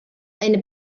eine